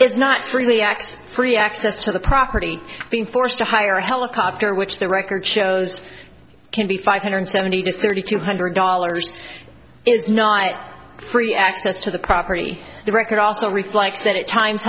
it's not really x free access to the property being forced to hire a helicopter which the record shows can be five hundred seventy to thirty two hundred dollars is not free access to the property the record also reflects that it times